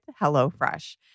HelloFresh